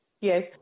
Yes